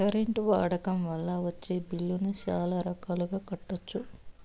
current వాడకం వల్ల వచ్చే బిల్లులను చాలా రకాలుగా కట్టొచ్చు